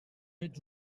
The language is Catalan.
ets